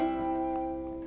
and